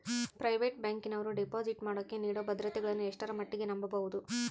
Private ಬ್ಯಾಂಕಿನವರು deposit ಮಾಡೋಕೆ ನೇಡೋ ಭದ್ರತೆಗಳನ್ನು ಎಷ್ಟರ ಮಟ್ಟಿಗೆ ನಂಬಬಹುದು?